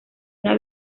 una